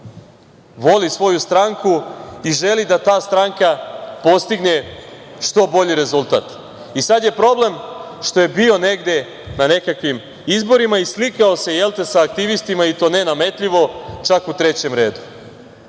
voli svoju stranku i želi da ta stranka postigne što bolji rezultat. Sada je problem što je bio negde na nekakvim izborima i slikao se sa aktivistima, i to ne nametljivo, čak u trećem redu.